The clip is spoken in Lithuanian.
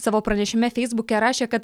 savo pranešime feisbuke rašė kad